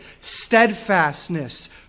steadfastness